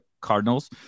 Cardinals